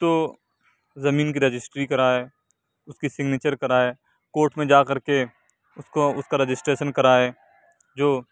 تو زمین کی رجسٹری کرائے اس کی سگنیچر کرائے کورٹ میں جا کر کے اس کو اس کا رجسٹریشن کرائے جو